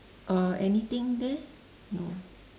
uh anything there no